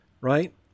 right